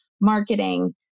marketing